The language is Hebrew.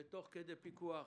ותוך פיקוח,